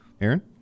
Aaron